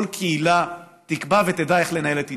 כל קהילה, תקבע ותדע איך לנהל את ענייניה?